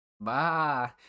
Bah